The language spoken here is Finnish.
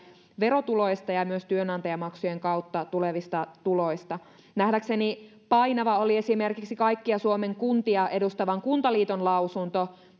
verotuloista ja myös työnantajamaksujen kautta tulevista tuloista nähdäkseni painava oli esimerkiksi kaikkia suomen kuntia edustavan kuntaliiton lausunto